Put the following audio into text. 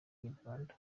inyarwanda